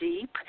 deep